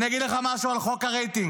אני אגיד לך משהו על חוק הרייטינג.